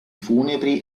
funebri